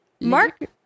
Mark